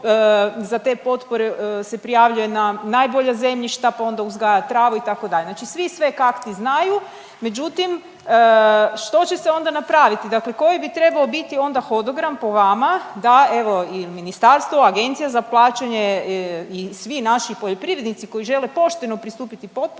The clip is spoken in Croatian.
za te potpore se prijavljuje na najbolja zemljišta pa onda uzgaja travu itd. Znači svi sve kak ti znaju, međutim što će se onda napraviti. Dakle koji bi trebao biti onda hodogram po vama da evo i ministarstvo, Agencija za plaćanje i svi naši poljoprivrednici koji žele pošteno pristupiti potporama